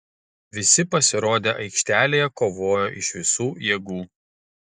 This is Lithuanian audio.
visi pasirodę aikštelėje kovojo iš visų jėgų